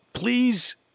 Please